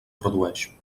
produeix